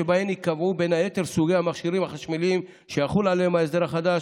שבהן ייקבעו בין היתר סוגי המכשירים החשמליים שיחול עליהם ההסדר החדש,